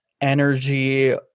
energy